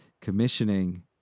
commissioning